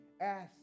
ask